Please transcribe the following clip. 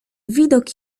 widok